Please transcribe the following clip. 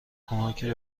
کمکی